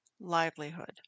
livelihood